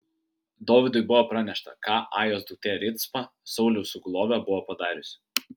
dovydui buvo pranešta ką ajos duktė ricpa sauliaus sugulovė buvo padariusi